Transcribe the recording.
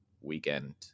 weekend